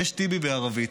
ויש טיבי בערבית,